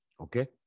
Okay